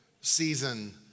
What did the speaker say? season